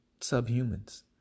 subhumans